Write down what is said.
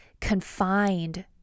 confined